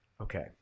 Okay